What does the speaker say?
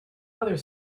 other